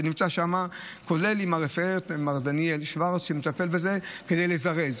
זה נמצא שם, מר דניאל שוורץ מטפל בזה כדי לזרז.